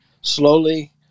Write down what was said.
slowly